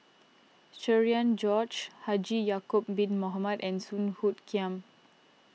Cherian George Haji Ya'Acob Bin Mohamed and Song Hoot Kiam